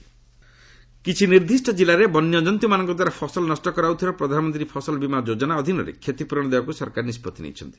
PMFBY cover କିଛି ନିର୍ଦ୍ଦିଷ୍ଟ ଜିଲ୍ଲାରେ ବନ୍ୟଜନ୍ତୁମାନଙ୍କଦ୍ୱାରା ଫସଲ ନଷ୍ଟ କରାଯାଉଥିବାରୁ ପ୍ରଧାନମନ୍ତ୍ରୀ ଫସଲ ବୀମା ଯୋଜନା ଅଧୀନରେ କ୍ଷତିପ୍ରରଣ ଦେବାକୁ ସରକାର ନିଷ୍କଭି ନେଇଛନ୍ତି